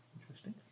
Interesting